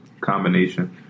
combination